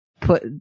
put